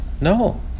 No